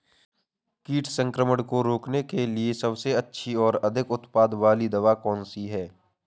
कीट संक्रमण को रोकने के लिए सबसे अच्छी और अधिक उत्पाद वाली दवा कौन सी है?